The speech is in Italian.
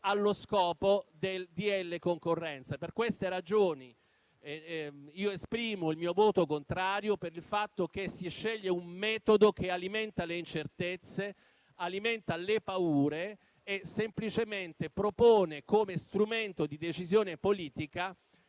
del disegno di legge concorrenza. Per queste ragioni esprimo voto contrario perché si sceglie un metodo che alimenta le incertezze, le paure e semplicemente propone come strumento di decisione politica